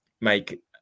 make